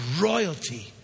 royalty